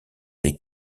les